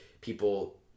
people